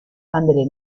andele